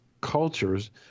cultures